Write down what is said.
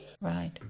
Right